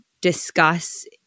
discuss